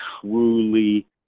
truly